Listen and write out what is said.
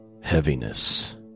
heaviness